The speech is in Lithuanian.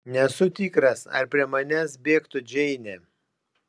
nesu tikras ar prie manęs bėgtų džeinė